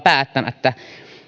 päättämättä